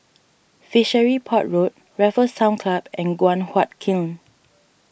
Fishery Port Road Raffles Town Club and Guan Huat Kiln